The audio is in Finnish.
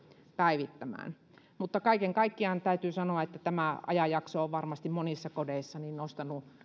päivittämään kaiken kaikkiaan täytyy sanoa että tämä ajanjakso on varmasti monissa kodeissa nostanut